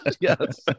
Yes